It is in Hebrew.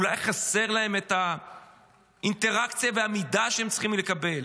אולי חסרים להם האינטראקציה והמידע שהם צריכים לקבל.